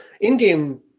in-game